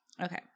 okay